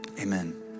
Amen